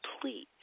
please